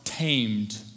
tamed